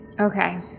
Okay